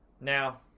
Now